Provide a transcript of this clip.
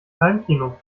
heimkino